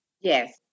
Yes